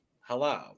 Hello